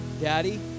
Daddy